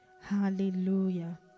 Hallelujah